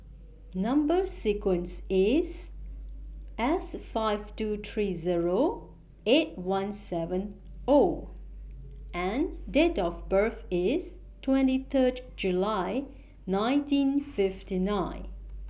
Number sequence IS S five two three Zero eight one seven O and Date of birth IS twenty Third July nineteen fifty nine